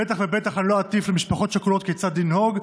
בטח ובטח אני לא אטיף למשפחות שכולות כיצד לנהוג,